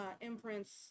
imprints